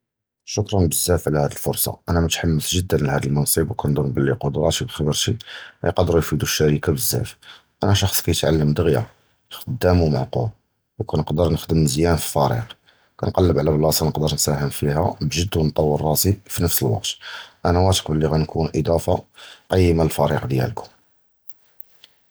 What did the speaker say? שְׁכְּרַא בְּזַאפ עַלַהָא אִל-פְרְסָה, אֲנַא מְתַחַמֵּס גְּדִידָא לְהַדִּי מֻנְצִיב וְקִנְצְנְ בְּלִי קְדְרָתִי וְחִ'בְּרָתִי יִקְדְרוּ יְפִידוּ אִל-שֶּׁרְקָה בְּזַאפ, אֲנַא שְחְס קִיְתְעַלֵּם דּוּגְ'יָא חְדָּאמ וְמַעְקוּל וְקִנְצְנְ נִחְדַּם מְזְיַאן פִי פְרִיקּ, קִנְקַלַּבּ עַלַהָא בְּלַאסְתּא נִקְדַר נִסְּהַם פִיהָ בְּגַד וְנִתְטַווּר רַסִי בְּנַפְס אַל-וַקְתּ, אֲנַא וַתִ'ק בְּלִי גַנְכּוּן אִדְפַּה קִיֵּימָה לִל-פְרִיקּ דִיַּלְכּוּם.